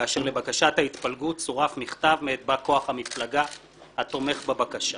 כאשר לבקשת ההתפלגות צורף מכתב מאת בא כוח המפלגה התומך בבקשה.